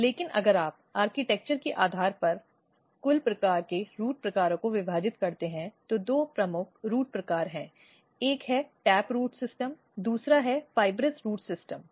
लेकिन अगर आप आर्किटेक्चर के आधार पर कुल प्रकार के रूट प्रकारों को विभाजित करते हैं तो दो प्रमुख रूट प्रकार हैं एक है टैप रूट सिस्टम दूसरा एक फ़ाइब्रस रूट सिस्टम है